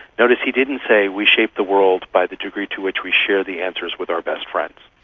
notice he didn't say we shape the world by the degree to which we share the answers with our best friends.